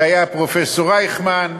זה היה פרופסור רייכמן,